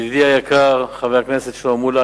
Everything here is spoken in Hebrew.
ידידי היקר חבר הכנסת שלמה מולה,